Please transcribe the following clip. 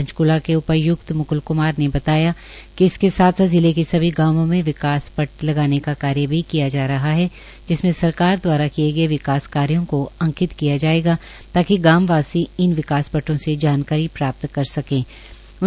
पंचक्ला के उपाय्क्त म्क्ल क्मार ने बताया कि इसके साथ साथ जिला के सभी गांवों में विकास पट लगाने का कार्य भी किया जा रहा है जिसमें सरकार दवारा किए गए विकास कार्यों को अंकित किया जाएगा ताकि गांव वासी इन विकास पटों से जानकारी प्राप्त कर सकें कि उनके गांवों में क्या क्या कार्य करवाए गए